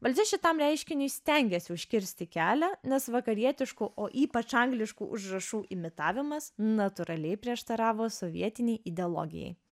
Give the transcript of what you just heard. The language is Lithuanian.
valdžia šitam reiškiniui stengėsi užkirsti kelią nes vakarietiškų o ypač angliškų užrašų imitavimas natūraliai prieštaravo sovietinei ideologijai